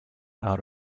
out